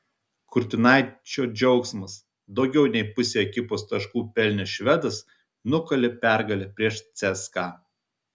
kurtinaičio džiaugsmas daugiau nei pusę ekipos taškų pelnęs švedas nukalė pergalę prieš cska